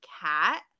cat